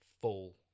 full